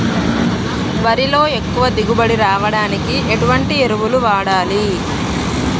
వరిలో ఎక్కువ దిగుబడి రావడానికి ఎటువంటి ఎరువులు వాడాలి?